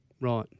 Right